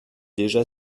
déjà